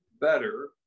better